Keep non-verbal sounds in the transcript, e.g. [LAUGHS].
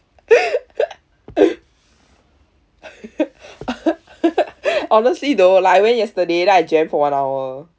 [LAUGHS] honestly though like I went yesterday then I jammed for one hour